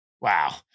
Wow